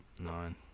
Nine